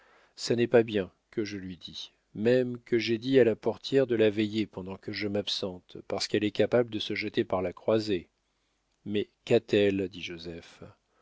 ça n'est pas bien que je lui dis même que j'ai dit à la portière de la veiller pendant que je m'absente parce qu'elle est capable de se jeter par la croisée mais qu'a-t-elle dit joseph